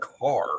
car